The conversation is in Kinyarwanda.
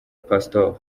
pastor